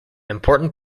important